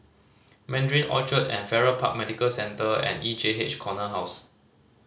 Mandarin Orchard Farrer Park Medical Centre and E J H Corner House